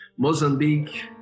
Mozambique